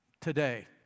today